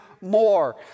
More